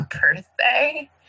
birthday